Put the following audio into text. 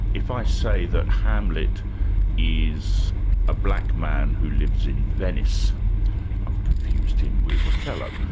if i say that hamlet is a black man who lives in venice i've confused him with othello.